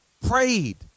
prayed